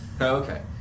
Okay